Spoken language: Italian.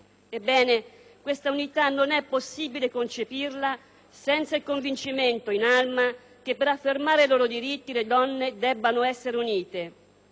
Ebbene, questa unità non è possibile concepirla senza il convincimento, in Alma, che, per affermare i loro diritti, le donne debbano essere unite;